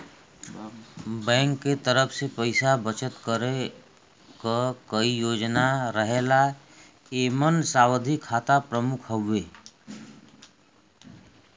bank के तरफ से पइसा बचत करे क कई योजना रहला एमन सावधि खाता प्रमुख हउवे